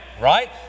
right